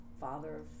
father